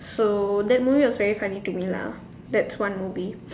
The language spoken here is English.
so that movie was very funny to me lah that's one movie